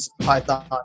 Python